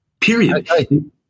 Period